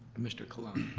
mr. colon?